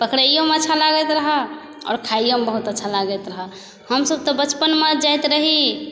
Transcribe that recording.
पकड़ैओमे अच्छा लागैत रहै आओर खाइओमे बहुत अच्छा लागैत रहै हमसब तऽ बचपनमे जाइत रही